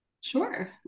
Sure